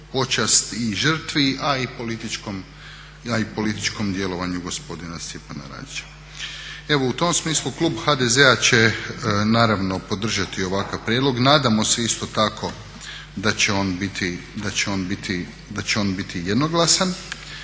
počast i žrtvi, a i političkom djelovanju gospodina Stjepana Radića. Evo u tom smislu klub HDZ-a će naravno podržati ovakav prijedlog. Nadamo se isto tako da će on biti jednoglasan.